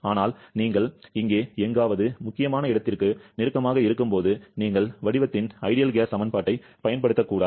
ஆனால் நீங்கள் இங்கே எங்காவது முக்கியமான இடத்திற்கு நெருக்கமாக இருக்கும்போது நீங்கள் வடிவத்தின் சிறந்த வாயு சமன்பாட்டை பயன்படுத்தக்கூடாது